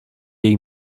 jej